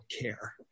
care